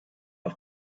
auf